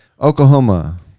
Oklahoma